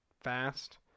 fast